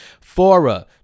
Fora